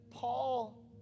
Paul